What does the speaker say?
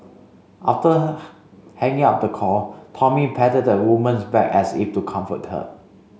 after hanging up the call Tommy patted the woman's back as if to comfort her